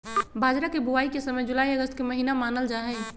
बाजरा के बुवाई के समय जुलाई अगस्त के महीना मानल जाहई